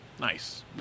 Nice